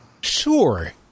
sure